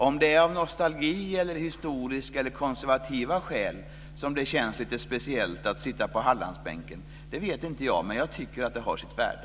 Om det är av nostalgiska, historiska eller konservativa skäl som det känns lite speciellt att sitta på Hallandsbänken vet inte jag, men jag tycker att det har sitt värde.